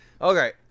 Okay